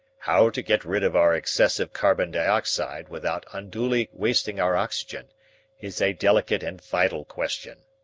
how to get rid of our excessive carbon dioxide without unduly wasting our oxygen is a delicate and vital question,